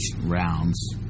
rounds